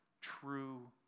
true